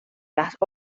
las